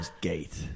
gate